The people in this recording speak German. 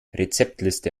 rezeptliste